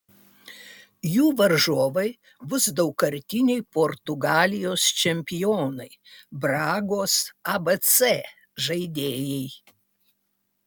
jų varžovai bus daugkartiniai portugalijos čempionai bragos abc žaidėjai